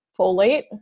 folate